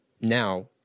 now